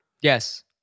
Yes